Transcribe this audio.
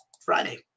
Friday